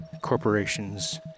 corporations